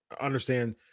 understand